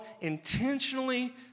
intentionally